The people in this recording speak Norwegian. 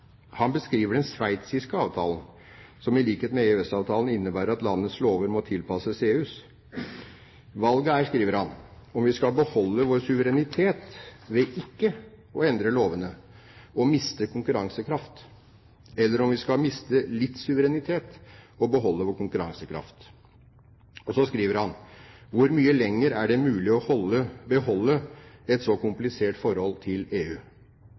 Han beskriver den sveitiske avtalen, som i likhet med EØS-avtalen innebærer at landets lover må tilpasses EUs. Valget er, sier han, om vi skal beholde vår suverenitet ved ikke å endre lovene og miste konkurransekraft, eller om vi skal miste litt suverenitet og beholde vår konkurransekraft. Så skriver han: Hvor mye lenger er det mulig å beholde et så komplisert forhold til EU?